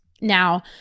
Now